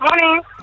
Morning